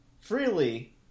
Freely